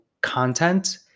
content